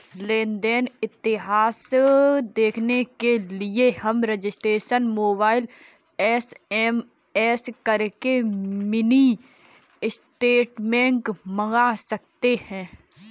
लेन देन इतिहास देखने के लिए हम रजिस्टर मोबाइल से एस.एम.एस करके मिनी स्टेटमेंट मंगा सकते है